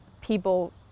people